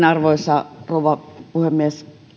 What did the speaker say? arvoisa rouva puhemies